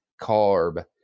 carb